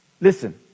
listen